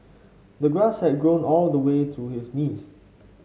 the grass had grown all the way to his knees